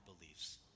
beliefs